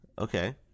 Okay